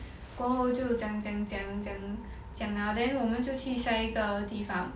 过后就讲讲讲讲讲 liao then 我们就去下一个地方